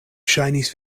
ŝajnis